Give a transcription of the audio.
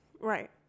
right